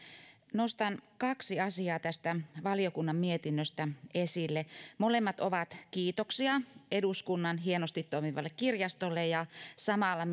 nostan kaksi asiaa tästä valiokunnan mietinnöstä esille molemmat ovat kiitoksia eduskunnan hienosti toimivalle kirjastolle ja samalla